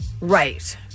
Right